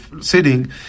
sitting